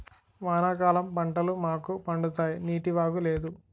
వానాకాలం పంటలు మాకు పండుతాయి నీటివాగు లేదు